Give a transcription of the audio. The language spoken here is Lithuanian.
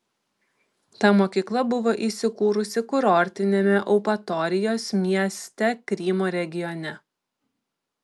ta mokykla buvo įsikūrusi kurortiniame eupatorijos mieste krymo regione